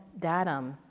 datum,